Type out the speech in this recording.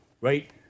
right